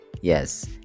Yes